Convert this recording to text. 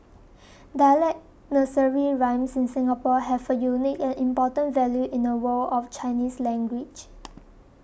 dialect nursery rhymes in Singapore have a unique and important value in the world of Chinese language